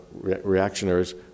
reactionaries